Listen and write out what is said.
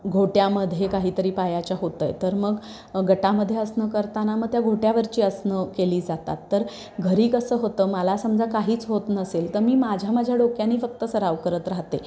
घोट्यामध्ये काहीतरी पायाच्या होतं आहे तर मग गटामध्ये आसनं करताना मग त्या घोट्यावरची आसनं केली जातात तर घरी कसं होतं मला समजा काहीच होत नसेल तर मी माझ्या माझ्या डोक्याने फक्त सराव करत राहते